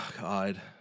God